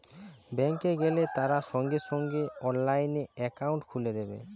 bank এ গেলে তারা সঙ্গে সঙ্গে অনলাইনে একাউন্ট খুলে দেবে